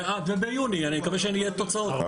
וביוני אני מקווה שיהיה תוצאות.